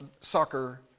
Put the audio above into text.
soccer